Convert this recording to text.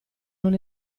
non